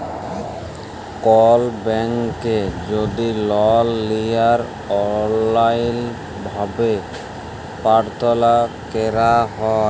call ব্যাংকে যদি loan লিয়ার অললাইল ভাবে পার্থলা ক্যরা হ্যয়